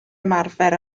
ymarfer